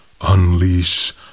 Unleash